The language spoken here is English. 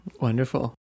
wonderful